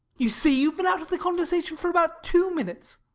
you see, you've been out of the conver sation for about two minutes.